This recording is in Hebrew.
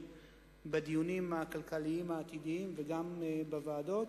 בדיונים הכלכליים העתידיים וגם בוועדות.